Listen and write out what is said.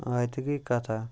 آے تہِ گٔے کَتھا